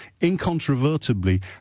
incontrovertibly